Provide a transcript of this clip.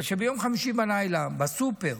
אבל ביום חמישי בלילה בסופר,